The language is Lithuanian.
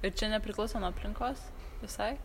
ir čia nepriklauso nuo aplinkos visai